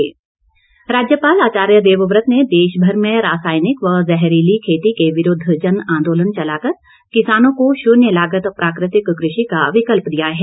मुआयना राज्यपाल आचार्य देवव्रत ने देशभर में रासायनिक व जहरीली खेती के विरूद्व जनआंदोलन चलाकर किसानों को शून्य लागत प्राकृतिक कृषि का विकल्प दिया है